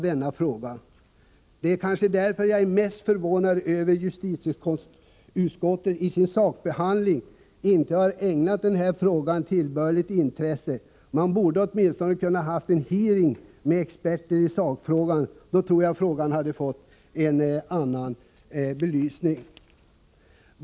Det är kanske därför jag är mest förvånad över att justitieutskottet i sin sakbehandling inte ägnat denna fråga ordentligt intresse. Man borde åtminstone kunnat ha en hearing med experter i sakfrågan. Då tror jag frågan hade fått en annan belysning.